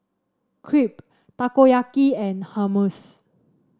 Crepe Takoyaki and Hummus